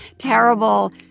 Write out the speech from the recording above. terrible,